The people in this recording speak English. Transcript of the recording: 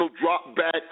drop-back